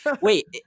Wait